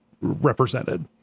represented